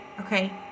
Okay